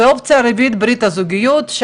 והאפשרות הרביעית היא ברית הזוגיות.